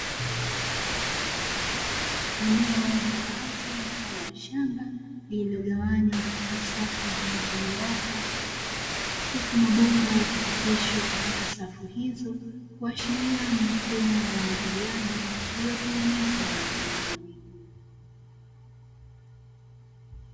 Eneo la wazi mfano wa shamba lililogawanywa katika safu zilizonyooka, huku mabomba yakipitishwa katika safu hizo kuashiria ni mfumo wa umwagiliaji uliyotengenezwa na wakulima.